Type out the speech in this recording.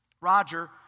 Roger